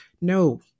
no